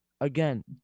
again